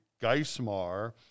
Geismar